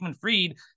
fried